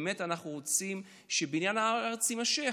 ובאמת אנחנו רוצים שבניין הארץ יימשך,